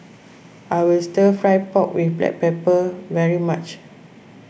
I will Stir Fried Pork with Black Pepper very much